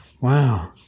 Wow